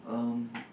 um